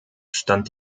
stand